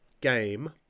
game